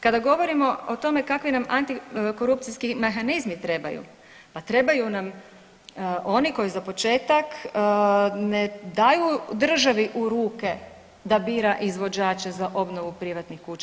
Kada govorimo o tome kakvi nam antikorupcijski mehanizmi trebaju, pa trebaju nam oni koji za početak ne daju državi u ruke da bira izvođača za obnovu privatnih kuća.